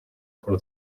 for